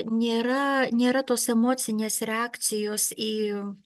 nėra nėra tos emocinės reakcijos į